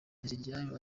nteziryayo